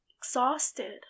exhausted